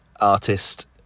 artist